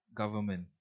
government